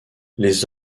les